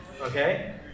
Okay